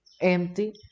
empty